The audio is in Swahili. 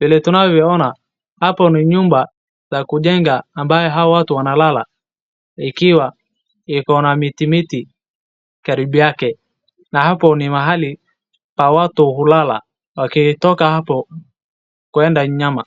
.Vile tunavyo ona hapo ni nyumba ya kujenga ambao hao watu wanalala ikiwa iko na miti miti karibu yake. Na hapo ni mahali pa watu kulala wakitoka hapo kwenda inyama .